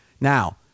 Now